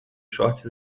shorts